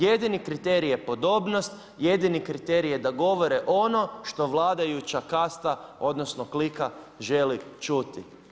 Jedini kriterij je podobnost, jedini kriterij je da govore ono što vladajuća kasta, odnosno klika želi čuti.